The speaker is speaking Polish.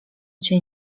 cię